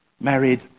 married